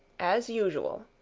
as usual.